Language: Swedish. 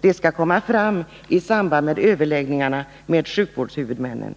Det skall fastställas i samband med överläggningarna med sjukvårdshuvudmännen.